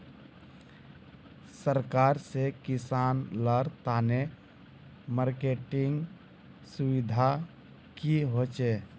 सरकार से किसान लार तने मार्केटिंग सुविधा की होचे?